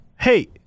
hey